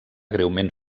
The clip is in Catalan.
greument